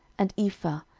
and ephah,